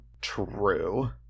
True